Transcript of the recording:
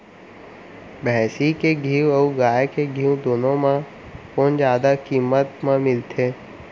भैंसी के घीव अऊ गाय के घीव दूनो म कोन जादा किम्मत म मिलथे?